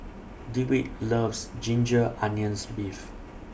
Dewitt loves Ginger Onions Beef